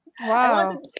Wow